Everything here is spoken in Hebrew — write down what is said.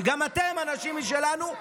כי גם אתם אנשים משלנו,